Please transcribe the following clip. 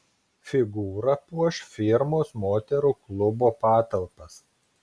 figūra puoš firmos moterų klubo patalpas